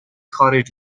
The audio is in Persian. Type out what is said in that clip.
خارج